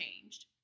changed